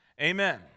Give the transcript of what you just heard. amen